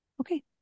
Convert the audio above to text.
Okay